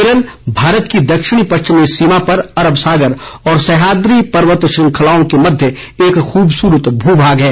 केरल भारत की दक्षिणी पश्चिमी सीमा पर अरब सागर और सैहाद्री पर्वत श्रृंखलाओं के मध्य एक खूबसूरत भू भाग है